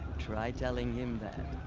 try telling him that.